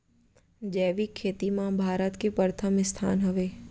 जैविक खेती मा भारत के परथम स्थान हवे